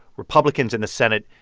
republicans in the senate,